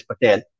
Patel